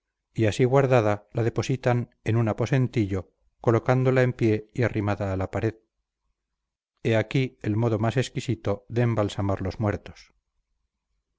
y así guardada la depositan en un aposentillo colocándola en pie y arrimada a la pared he aquí el modo más exquisito de embalsamar los muertos